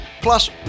Plus